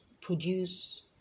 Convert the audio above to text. produce